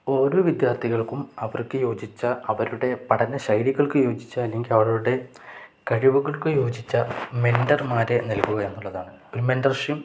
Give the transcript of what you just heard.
ഓരോ വിദ്യാർത്ഥികൾക്കും അവർക്ക് യോജിച്ച അവരുടെ പഠന ശൈലികൾക്ക് യോജിച്ച അല്ലെങ്കിൽ അവരുടെ കഴിവുകൾക്ക് യോജിച്ച മെൻ്റർമാരെ നൽകുക എന്നുള്ളതാണ് ഒരു മെൻ്റർർഷ